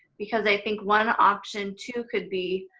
because i think one option too could be,